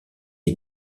est